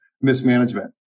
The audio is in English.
mismanagement